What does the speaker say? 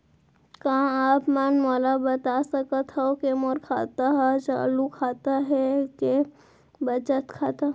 का आप मन मोला बता सकथव के मोर खाता ह चालू खाता ये के बचत खाता?